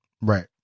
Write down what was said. right